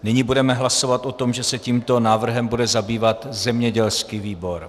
Nyní budeme hlasovat o tom, že se tímto návrhem bude zabývat zemědělský výbor.